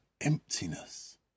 emptiness